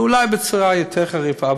ואולי בצורה יותר חריפה.